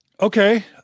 Okay